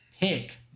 pick